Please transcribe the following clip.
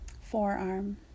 forearm